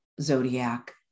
Zodiac